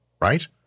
right